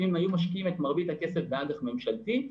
אם הם היו משקיעים את מרבית הכסף באג"ח ממשלתי,